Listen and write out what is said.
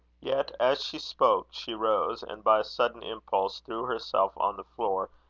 yet, as she spoke, she rose, and, by a sudden impulse, threw herself on the floor,